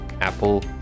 apple